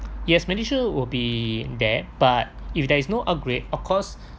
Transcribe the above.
yes medishield will be there but if there is no upgrade of course